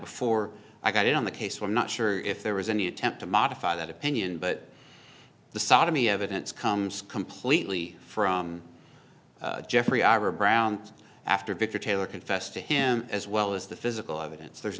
before i got it on the case we're not sure if there was any attempt to modify that opinion but the sodomy evidence comes completely from jeffrey archer brown after victor taylor confessed to him as well as the physical evidence there's